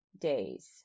days